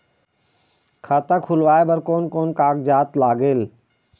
खाता खुलवाय बर कोन कोन कागजात लागेल?